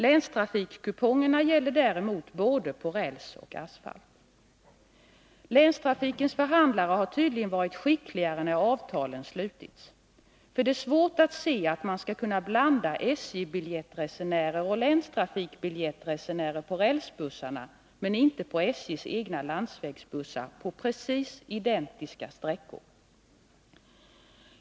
Länstrafikkupongerna gäller däremot både på räls och asfalt. Länstrafikens förhandlare har tydligen varit skickligare när avtalen slutits, för det är svårt att se att man kan blanda SJ-biljettresenärer och länstrafikbiljettresenärer på rälsbussarna men inte på SJ:s egna landsvägsbussar på precis identiska sträckor.